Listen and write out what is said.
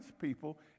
people